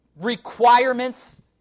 requirements